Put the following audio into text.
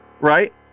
right